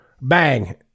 bang